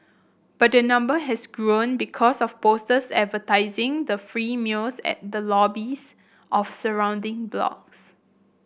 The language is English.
but the number has grown because of posters advertising the free meals at the lobbies of surrounding blocks